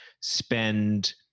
spend